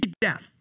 death